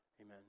amen